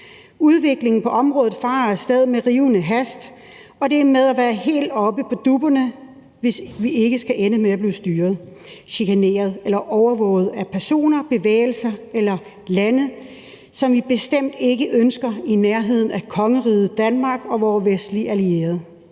Udviklingen på området farer af sted med rivende hast, og det er med at være helt oppe på dupperne, hvis vi ikke skal ende med at blive styret, chikaneret eller overvåget af personer, bevægelser eller lande, som vi bestemt ikke ønsker i nærheden af kongeriget Danmark og vore vestlige allierede